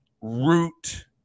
root